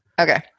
Okay